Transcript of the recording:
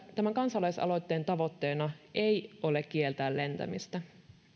tämän kansalaisaloitteen tavoitteena ei ole kieltää lentämistä